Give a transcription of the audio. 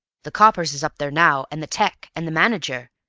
the coppers is up there now, and the tec, and the manager,